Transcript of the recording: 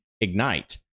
Ignite